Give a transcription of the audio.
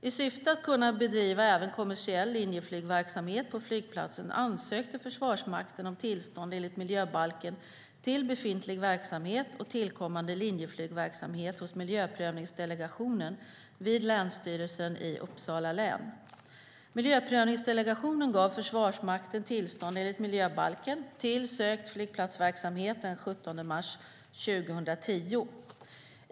I syfte att kunna bedriva även kommersiell linjeflygverksamhet på flygplatsen ansökte Försvarsmakten om tillstånd enligt miljöbalken till befintlig verksamhet och tillkommande linjeflygverksamhet hos miljöprövningsdelegationen vid Länsstyrelsen i Uppsala län. Miljöprövningsdelegationen gav Försvarsmakten tillstånd enligt miljöbalken till sökt flygplatsverksamhet den 17 mars 2010.